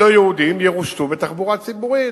ירושתו בתחבורה ציבורית.